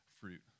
fruit